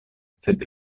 sed